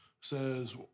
says